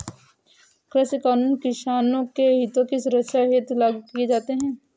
कृषि कानून किसानों के हितों की सुरक्षा हेतु लागू किए जाते हैं